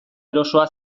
erosoa